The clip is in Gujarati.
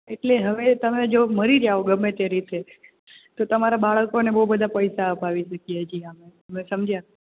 એટલે હવે જો તમે મરી જાઓ ગમે તે રીતે તો તમારાં બાળકોને બહુ બધા પૈસા આપવી શકીએ છીએ અમે તમે સમજ્યા